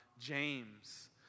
James